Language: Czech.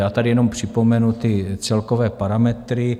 A tady jenom připomenuty celkové parametry.